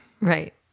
Right